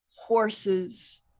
horses